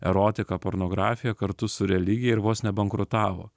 erotiką pornografiją kartu su religija ir vos nebankrutavo